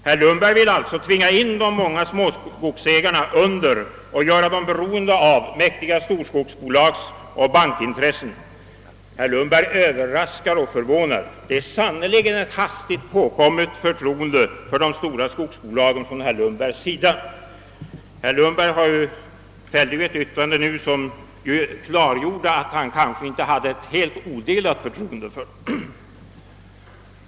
Herr Lundberg vill alltså tvinga in de många småskogsägarna under och göra dem beroende av mäktiga storskogsbolagsoch bankintressen. Herr Lundberg överraskar och förvånar. Det är sannerligen ett hastigt påkommet förtroende för de stora skogsbolagen från herr Lundbergs sida. Herr Lundberg fällde dock nyss ett yttrande som klargjorde att han kanske inte hade odelat förtroende för dem.